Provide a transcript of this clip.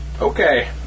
Okay